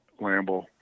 Lambeau